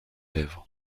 lèvres